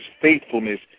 faithfulness